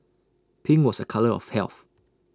pink was A colour of health